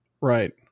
Right